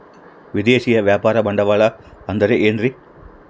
ವಿದೇಶಿಯ ವ್ಯಾಪಾರ ಬಂಡವಾಳ ಅಂದರೆ ಏನ್ರಿ?